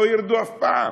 לא ירדו אף פעם,